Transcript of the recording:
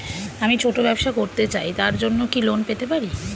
আমি ছোট ব্যবসা করতে চাই তার জন্য কি লোন পেতে পারি?